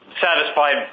satisfied